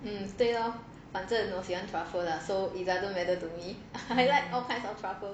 um 对咯反正我喜欢 truffle lah it doesn't matter to me I like all kinds of truffle